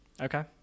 Okay